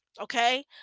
okay